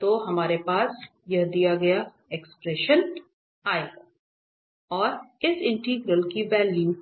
तो हमारे पास है और इस इंटीग्रल की वैल्यू